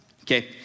okay